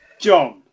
John